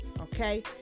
Okay